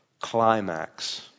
climax